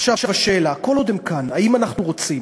עכשיו השאלה: כל עוד הם כאן, האם אנחנו רוצים